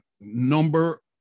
number